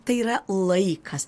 tai yra laikas